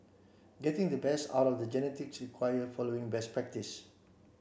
getting the best out of the genetics require following best practice